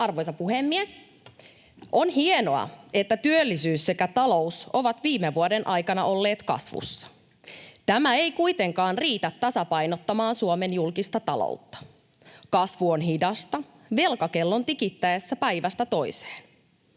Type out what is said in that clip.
Arvoisa puhemies! On hienoa, että työllisyys sekä talous ovat viime vuoden aikana olleet kasvussa. Tämä ei kuitenkaan riitä tasapainottamaan Suomen julkista taloutta. Kasvu on hidasta velkakellon tikittäessä päivästä toiseen.